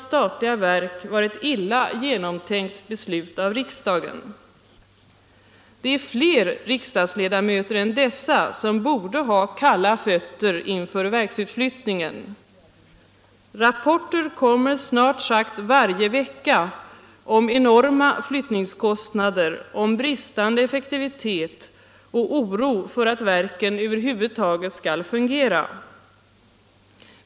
Det är fler riksdagsledamöter än dessa som borde ha kalla fötter inför verksutflyttningen. Rapporter kommer snart sagt varje vecka om enorma flyttningskostnader, om bristande effektivitet och om oro för hur verken över huvud taget skall fungera.